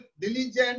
diligent